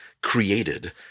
created